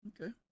Okay